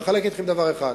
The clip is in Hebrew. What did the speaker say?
אחלק אתכם דבר אחד.